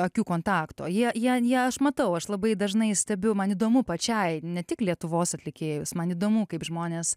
akių kontakto jie ją jie aš matau aš labai dažnai stebiu man įdomu pačiai ne tik lietuvos atlikėjus man įdomu kaip žmonės